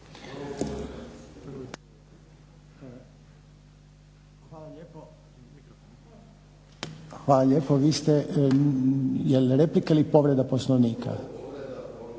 Željko (HDZ)** Hvala lijepo. Vi ste, jel' replika ili povreda Poslovnika?